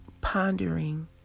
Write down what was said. pondering